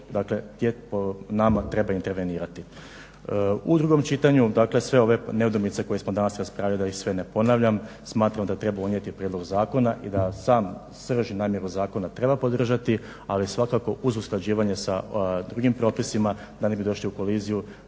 dakle nama treba intervenirati. U drugom čitanju dakle sve ove nedoumice koje smo danas raspravljali da ih sve ne ponavljam, smatram da treba unijeti prijedlog zakona i da sam srž i namjeru zakona treba podržati ali svakako uz usklađivanje sa drugim propisima da ne bi došli u koliziju